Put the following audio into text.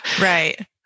Right